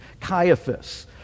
caiaphas